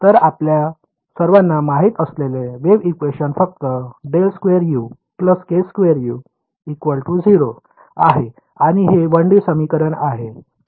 तर आपल्या सर्वांना माहित असलेले वेव्ह इक्वेशन फक्त ∇2U k2U 0 आहे आणि हे 1D समीकरण आहे